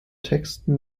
texten